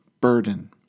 burden